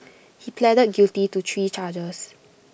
he pleaded guilty to three charges